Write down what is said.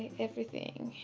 everything.